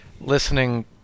listening